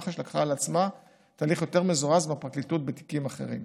מח"ש לקחה על עצמה תהליך יותר מזורז מהפרקליטות בתיקים אחרים,